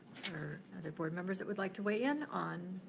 are there board members that would like to weigh-in on